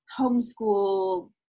homeschool